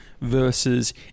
versus